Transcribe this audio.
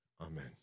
amen